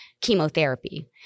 chemotherapy